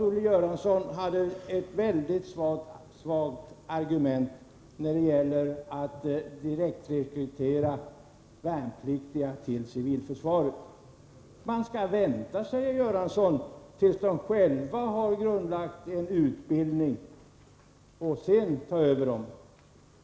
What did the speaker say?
Olle Göransson hade ett mycket svagt argument när det gäller att direktrekrytera värnpliktiga till civilförsvaret. Man skall vänta, säger Olle Göransson, tills de själva har grundlagt en utbildning och sedan ta över dem.